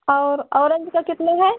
और ओरेंज का कितना है